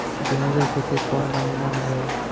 गेहूं के खेती कौन महीना में होला?